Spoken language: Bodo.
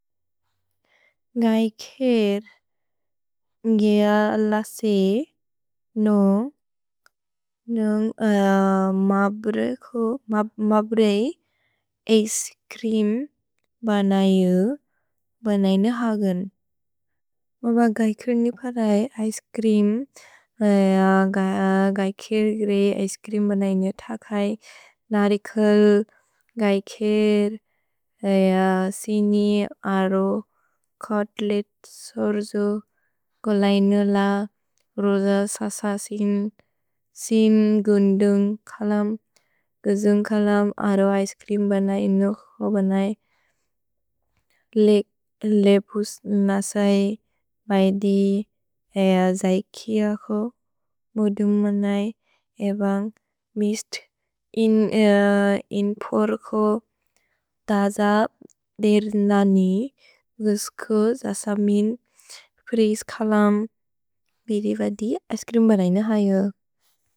गै खेर् गेअ लसे नो नुन्ग् मब्रए एइस्क्रिम् बनयु, बनय्ने हगन्। मब्र गै खेर् निप रए एइस्क्रिम्। गै खेर् ग्रेअ एइस्क्रिम् बनय्ने थकै। नरि खेर्, गै खेर्, सिनि अरो कोत्लेत् सोर्जु, गुलय्ने ल रोज सस सिन् गुन्दुन्ग् कलम्, गुजुन्ग् कलम् अरो एइस्क्रिम् बनय्ने हो बनय्। लेपुस् नसै बैदि जैकिअ को मुदुन्ग् मनय्, एबन्ग् मिस्त् इन्पोर् को तज देर्दनि गुज्कु ज समिन् फ्रिज् कलम्। भिरे बदि एइस्क्रिम् बनय्ने हगन्।